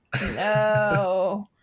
no